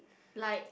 like